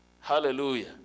hallelujah